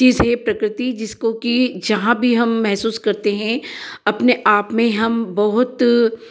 चीज है प्रकृति कि जहाँ भी हम महसूस करते हैं अपने आप में हम बहुत